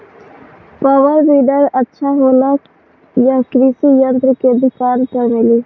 Power weeder अच्छा होला यह कृषि यंत्र के दुकान पर मिली?